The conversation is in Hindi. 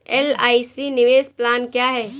एल.आई.सी निवेश प्लान क्या है?